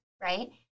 right